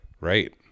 Right